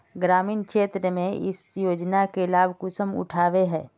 ग्रामीण क्षेत्र में इस योजना के लाभ कुंसम उठावे है?